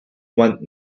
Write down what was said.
want